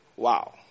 Wow